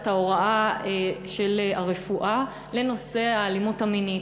הוראת הרפואה לנושא האלימות המינית,